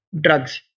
drugs